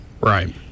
Right